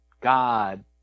God